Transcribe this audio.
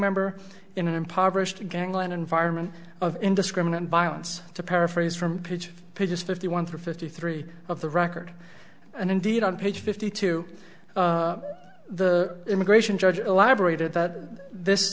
member in an impoverished gangland environment of indiscriminate violence to paraphrase from pitch pages fifty one fifty three of the record and indeed on page fifty two the immigration judge elaborated that this